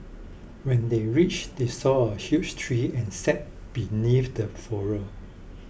when they reached they saw a huge tree and sat beneath the